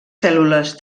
cèl·lules